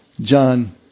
John